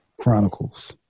chronicles